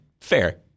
fair